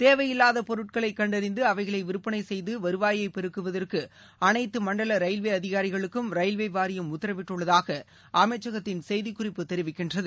தேவையில்லாத பொருட்களை கண்டறிந்து அவைகளை விற்பனை செய்து வருவாயை பெருக்குவதற்கு அனைத்து மண்டல ரயில்வே அதிகாரிகளுக்கும் ரயில்வே வாரியம் உத்தரவிட்டுள்ளதாக அமைச்சகத்தின் செய்திக் குறிப்பு தெரிவிக்கிறது